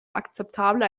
akzeptable